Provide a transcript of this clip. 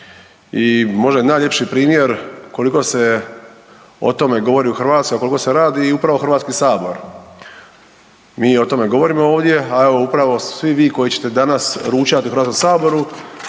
i možda je najljepši primjer koliko se o tome govori u Hrvatskoj, a koliko se radi upravo HS. Mi o tome govorimo ovdje, a evo upravo svi vi koji ćete danas ručat u HS potrošit